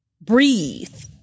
breathe